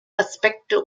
aspekte